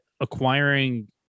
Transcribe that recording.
acquiring